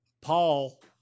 Paul